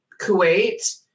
Kuwait